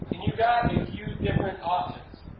and you got a few different options.